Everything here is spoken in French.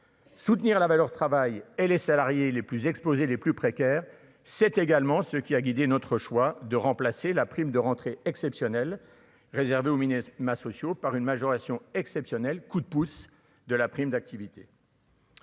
soutenir la valeur travail et les salariés les plus exposés, les plus précaires, c'est également ce qui a guidé notre choix de remplacer la prime de rentrée exceptionnelle réservée aux ministres ma sociaux par une majoration exceptionnelle, coup de pouce de la prime d'activité.